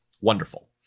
Wonderful